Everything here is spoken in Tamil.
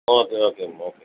ஓகே ஓகேம்மா ஓகேம்மா